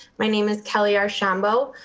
my name is kelly archambeau.